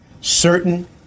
Certain